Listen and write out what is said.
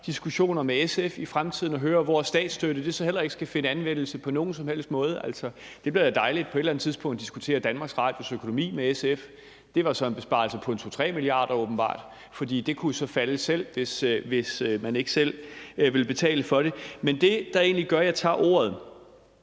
diskussioner med SF i fremtiden og høre, hvor statsstøtte så heller ikke skal finde anvendelse på nogen som helst måde. Altså, det bliver da dejligt på et eller andet tidspunkt at diskutere DR's økonomi med SF. Det var så åbenbart en besparelse på 2-3 mia. kr., for det kunne jo så falde selv, hvis man ikke selv ville betale for det. Men det, der egentlig gør, at jeg tager ordet,